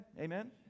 amen